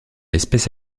espèce